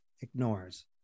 ignores